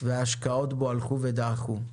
וההשקעות בו הלכו ודעכו.